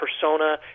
persona